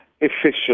efficient